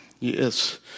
Yes